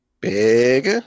Big